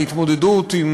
ההתמודדות עם